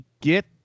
Get